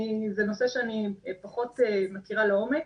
זה נושא שאני פחות מכירה לעומק